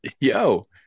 Yo